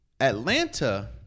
Atlanta